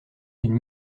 d’une